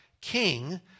king